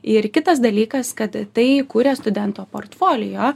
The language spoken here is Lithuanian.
ir kitas dalykas kad tai kuria studento portfolio